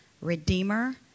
redeemer